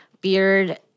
beard